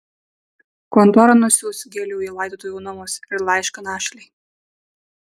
kontora nusiųs gėlių į laidotuvių namus ir laišką našlei